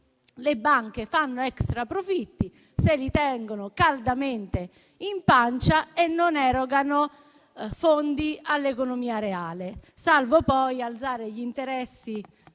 Le banche fanno extra profitti, li tengono caldamente in pancia e non erogano fondi all'economia reale; salvo, poi, alzare gli interessi